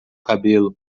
cabelo